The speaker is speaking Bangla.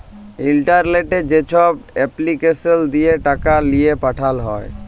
ইলটারলেটে যেছব এপলিকেসল দিঁয়ে টাকা লিঁয়ে পাঠাল হ্যয়